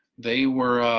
they were,